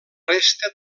resta